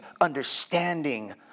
understanding